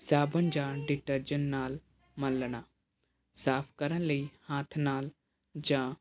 ਸਾਬਣ ਜਾਂ ਡਿਟਰਜੈਂਟ ਨਾਲ ਮਲਣਾ ਸਾਫ ਕਰਨ ਲਈ ਹੱਥ ਨਾਲ ਜਾਂ